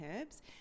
herbs